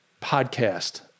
podcast